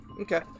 Okay